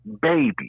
baby